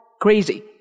crazy